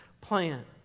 plan